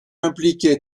impliqué